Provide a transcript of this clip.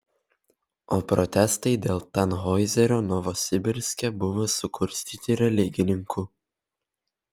o protestai dėl tanhoizerio novosibirske buvo sukurstyti religininkų